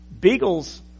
Beagles